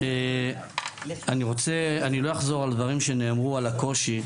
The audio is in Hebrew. אני לא אחזור על דברים שנאמרו על הקושי.